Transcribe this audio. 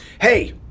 hey